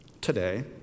Today